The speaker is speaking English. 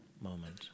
moment